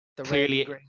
clearly